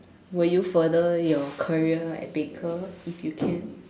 will you further your career at baker if you can